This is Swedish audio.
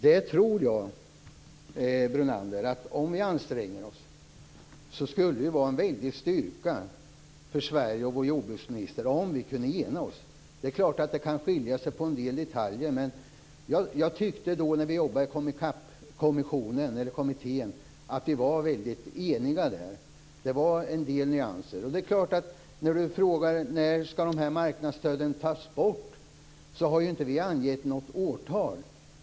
Jag tror, Lennart Brunander, att det skulle vara en väldig styrka för Sverige och för vår jordbruksminister om vi kunde ena oss. Det är klart att en del detaljer skiljer sig åt, men jag tyckte att vi var väldigt eniga när vi arbetade med Komicap. Det fanns en del nyanser. Lennart Brunander frågar när marknadsstöden skall tas bort. Vi har inte angivit något årtal.